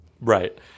Right